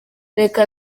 reka